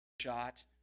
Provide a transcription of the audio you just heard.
shot